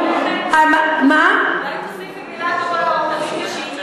אולי תוסיפי מילה טובה לאופוזיציה שהיא,